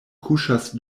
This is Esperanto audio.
kuŝas